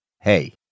Hey